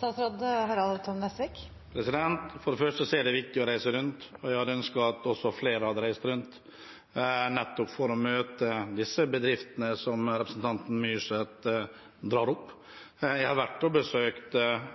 For det første er det viktig å reise rundt. Jeg hadde ønsket at flere reiste rundt for å møte de bedriftene som representanten Myrseth drar fram. Jeg har vært og besøkt